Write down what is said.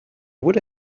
would